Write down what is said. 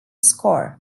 score